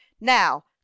now